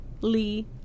Lee